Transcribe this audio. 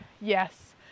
Yes